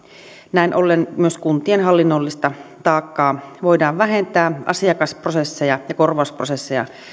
näin ollen myös kuntien hallinnollista taakkaa voidaan vähentää asiakasprosesseja ja korvausprosesseja